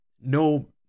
no